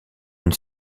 une